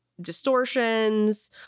distortions